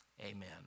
Amen